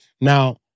now